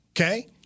Okay